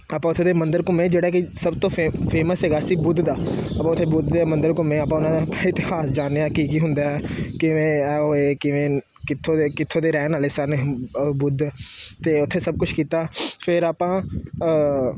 ਆਪਾਂ ਉੱਥੇ ਦੇ ਮੰਦਰ ਘੁੰਮੇ ਜਿਹੜਾ ਕਿ ਸਭ ਤੋਂ ਫੇ ਫੇਮਸ ਹੈਗਾ ਸੀ ਬੁੱਧ ਦਾ ਆਪਾਂ ਉੱਥੇ ਬੁੱਧ ਦੇ ਮੰਦਰ ਘੁੰਮੇ ਆਪਾਂ ਉਹਨਾਂ ਦਾ ਇਤਿਹਾਸ ਜਾਣਿਆ ਕੀ ਕੀ ਹੁੰਦਾ ਹੈ ਕਿਵੇਂ ਹੈ ਉਹ ਏ ਕਿੱਥੋਂ ਦੇ ਕਿੱਥੋਂ ਦੇ ਰਹਿਣ ਵਾਲੇ ਸਨ ਉਹ ਬੁੱਧ ਅਤੇ ਉੱਥੇ ਸਭ ਕੁਛ ਕੀਤਾ ਫਿਰ ਆਪਾਂ